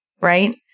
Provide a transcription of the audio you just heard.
right